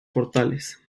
portales